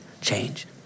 change